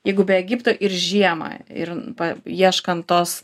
jeigu be egipto ir žiemą ir paieškant tos